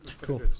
cool